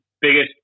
biggest